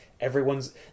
everyone's